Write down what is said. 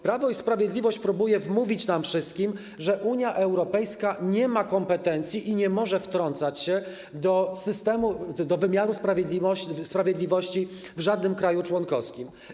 Prawo i Sprawiedliwość próbuje wmówić nam wszystkim, że Unia Europejska nie ma kompetencji i nie może wtrącać się do wymiaru sprawiedliwości w żadnym kraju członkowskim.